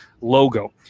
logo